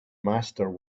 master